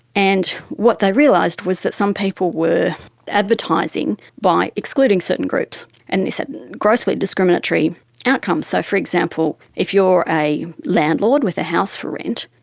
and what they realised was that some people were advertising by excluding certain groups and this had grossly discriminatory outcomes. so, for example, if you're a landlord with a house for rent,